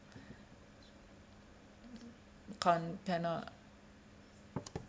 con cannot